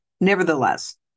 nevertheless